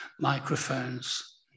microphones